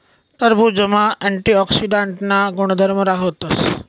टरबुजमा अँटीऑक्सीडांटना गुणधर्म राहतस